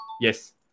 yes